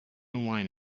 wine